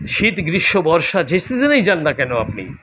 শীত গ্রীষ্ম বর্ষা যে সিজনেই যান না কেন আপনি